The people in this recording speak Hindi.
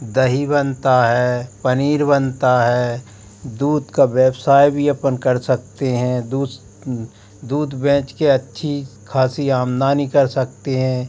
दही बनता है पनीर बनता है दूध का व्यवसाय भी अपन कर सकते हैं दूस दूध बेच के अच्छी ख़ासी आमदानी कर सकते हैं